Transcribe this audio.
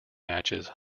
matches